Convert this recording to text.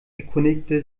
erkundigte